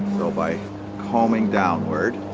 so by combing downward